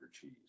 cheese